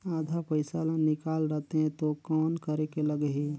आधा पइसा ला निकाल रतें तो कौन करेके लगही?